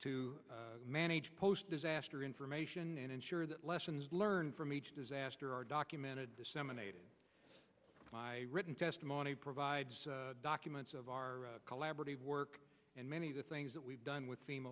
to manage post disaster information and ensure that lessons learned from each disaster are documented disseminated by written testimony provides documents of our collaborative work and many of the things that we've done with